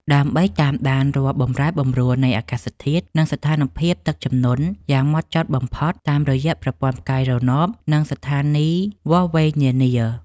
ដើម្បីតាមដានរាល់បម្រែបម្រួលនៃធាតុអាកាស និងស្ថានភាពទឹកជំនន់យ៉ាងហ្មត់ចត់បំផុតតាមរយៈប្រព័ន្ធផ្កាយរណប និងស្ថានីយវាស់វែងនានា។